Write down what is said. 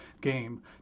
game